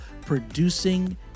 Producing